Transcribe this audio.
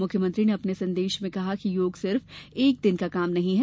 मुख्यमंत्री ने अपने संदेश में कहा कि योग सिर्फ एक दिन का काम नहीं है